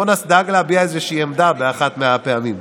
מונאס דאג להביע איזושהי עמדה באחת הפעמים.